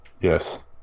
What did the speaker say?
yes